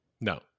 No